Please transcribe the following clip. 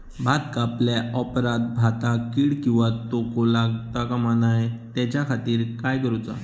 भात कापल्या ऑप्रात भाताक कीड किंवा तोको लगता काम नाय त्याच्या खाती काय करुचा?